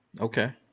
Okay